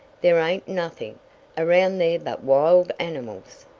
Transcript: there ain't nothin' around there but wild animals.